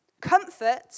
Comfort